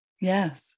Yes